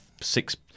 Six